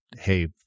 Hey